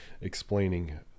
Explaining